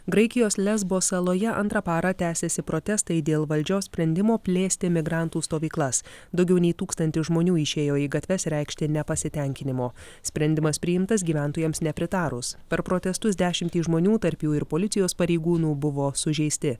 graikijos lesbo saloje antrą parą tęsiasi protestai dėl valdžios sprendimo plėsti migrantų stovyklas daugiau nei tūkstantis žmonių išėjo į gatves reikšti nepasitenkinimo sprendimas priimtas gyventojams nepritarus per protestus dešimtys žmonių tarp jų ir policijos pareigūnų buvo sužeisti